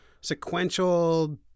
sequential